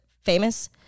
famous